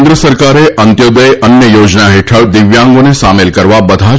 કેન્દ્ર સરકારે અંત્યોદય અન્ન યોજના હેઠળ દિવ્યાંગોને સામેલ કરવા બધા જ